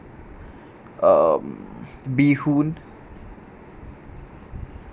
um bee hoon